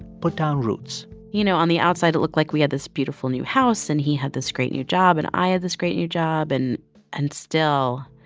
put down roots you know, on the outside, it looked like we had this beautiful new house. and he had this great new job, and i had this great new job. and and still,